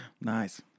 Nice